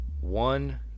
One